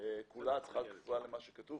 החברה כולה צריכה להיות כפופה למה שכתוב פה.